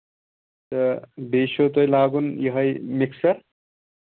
تہٕ بیٚیہِ چھُو تۄہہِ لاگُن یِہوٚے مِکسَر